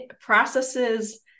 Processes